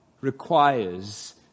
requires